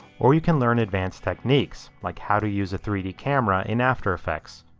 or you can learn advanced techniques like how to use a three d camera in after effects.